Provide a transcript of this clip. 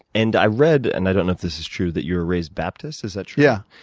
and i read, and i don't know if this is true, that you were raised baptist. is that true? yeah